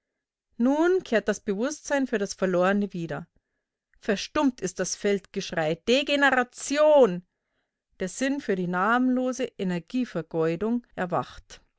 nun kehrt das bewußtsein für das verlorene wieder verstummt ist das feldgeschrei degeneration der sinn für die namenlose energievergeudung erwacht